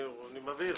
אני מבהיר.